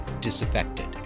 disaffected